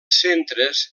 centres